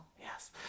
Yes